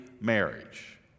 marriage